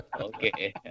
okay